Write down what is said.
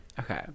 Okay